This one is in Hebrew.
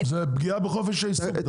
זו פגיעה בחופש העיסוק.